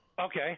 Okay